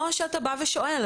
או שאתה בא ושואל,